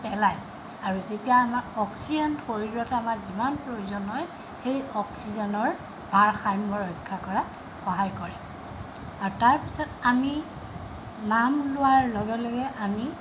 পেলায় আৰু যেতিয়া আমাৰ অক্সিজেন শৰীৰত আমাৰ যিমান প্ৰয়োজন হয় সেই অক্সিজেনৰ ভাৰসাম্য় ৰক্ষা কৰাত সহায় কৰে আৰু তাৰপিছত আমি নাম লোৱাৰ লগে লগে আমি